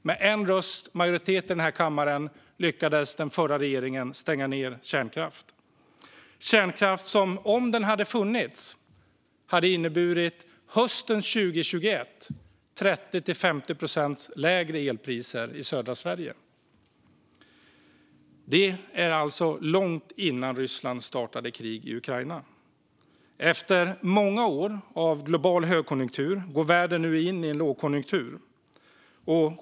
Med en rösts majoritet i den här kammaren lyckades den förra regeringen stänga ned kärnkraft, som om den hade funnits, hade inneburit 30-50 procent lägre elpriser i södra Sverige hösten 2021, det vill säga långt innan Ryssland startade krig i Ukraina. Efter många år av global högkonjunktur går världen nu in i en lågkonjunktur.